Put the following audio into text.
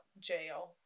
Jail